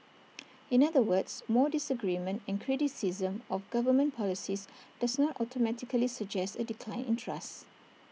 in other words more disagreement and criticism of government policies does not automatically suggest A decline in trust